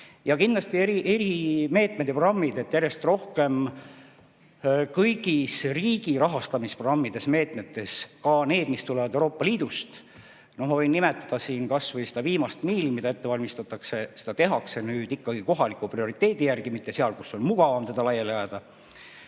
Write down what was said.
Kindlasti erimeetmed ja programmid. Järjest rohkem kõiki riigi rahastamisprogramme, meetmeid, ka neid, mis tulevad Euroopa Liidust – ma võin nimetada siin kas või seda viimast miili, mida ette valmistatakse –, tehakse nüüd ikkagi kohaliku prioriteedi järgi, mitte seal, kus on mugavam. CO2meetmed